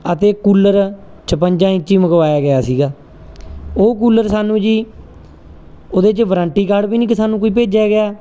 ਅਤੇ ਕੂਲਰ ਛਪੰਜਾ ਇੰਚੀ ਮੰਗਵਾਇਆ ਗਿਆ ਸੀਗਾ ਉਹ ਕੂਲਰ ਸਾਨੂੰ ਜੀ ਉਹਦੇ 'ਚ ਵਰੰਟੀ ਕਾਰਡ ਵੀ ਨਹੀਂ ਕਿ ਸਾਨੂੰ ਕੋਈ ਭੇਜਿਆ ਗਿਆ